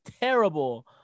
terrible